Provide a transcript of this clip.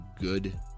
good